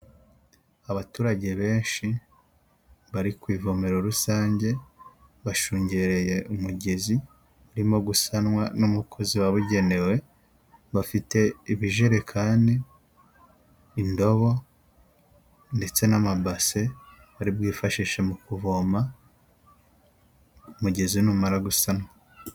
Abaturage benshi bari ku ivomero rusange, bashungereye umugezi urimo gusanwa n'umukozi wabugenewe. Bafite ibijerekani, indobo ndetse n'amabase bari bwifashishe mu kuvoma umugezi numara gusanwa.